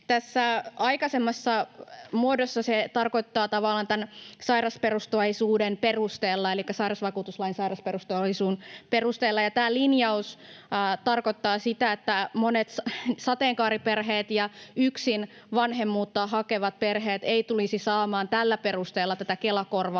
aikaisemmassa muodossa se tarkoittaa, että tämän sairausperusteisuuden perusteella, elikkä sairausvakuutuslain sairausperusteisuuden perusteella. Tämä linjaus tarkoittaa sitä, että monet sateenkaariperheet ja yksin vanhemmuutta hakevat perheet eivät tulisi saamaan tällä perusteella tätä Kela-korvauksen